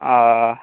ओ